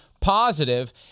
positive